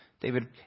David